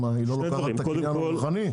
היא לא לוקחת את הקניין הרוחני?